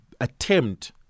attempt